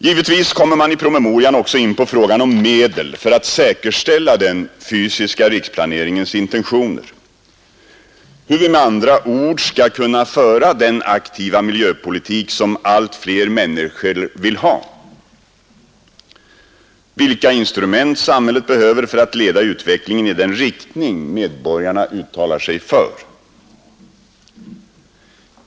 Givetvis kommer man i promemorian också in på frågan om medel för att säkerställa den fysiska riksplaneringens intentioner — med andra ord hur vi skall kunna föra den aktiva miljöpolitik som allt fler människor vill ha och vilka instrument samhället behöver för att leda utvecklingen i den riktning medborgarna uttalar sig för.